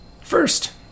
First